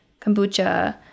kombucha